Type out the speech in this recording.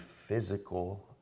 physical